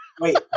Wait